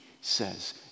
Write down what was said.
says